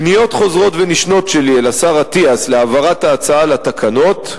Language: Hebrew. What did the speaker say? פניות חוזרות ונשנות שלי אל השר אטיאס להעברת ההצעה לתקנות,